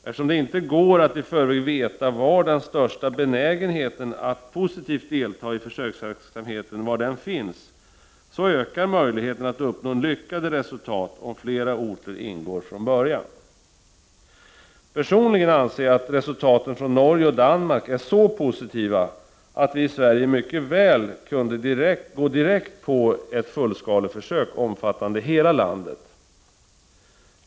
Eftersom det inte går att i förväg veta var den största benägenheten att positivt delta i försöksverksamheten finns, så ökar möjligheten att uppnå lyckade resultat om flera orter ingår från början. Personligen anser jag att resultaten från Norge och Danmark är så positiva att vi i Sverige mycket väl kunde gå direkt på ett fullskaleförsök, omfattande hela landet.